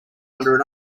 under